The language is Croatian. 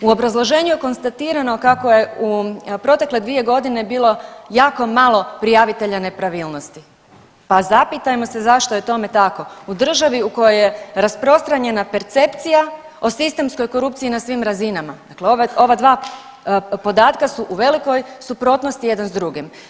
U obrazloženju je konstatirano kako je u protekle 2.g. bilo jako malo prijavitelja nepravilnosti, pa zapitajmo se zašto je tome tako u državi u kojoj je rasprostranjena percepcija o sistemskoj korupciji na svim razinama, dakle ova dva podatka su u velikoj suprotnosti jedan s drugim.